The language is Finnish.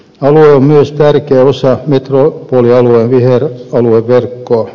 alue on myös tärkeä osa metropolialueen viheralueverkkoa